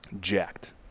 jacked